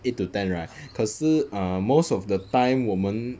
eight to ten right 可是 um most of the time 我们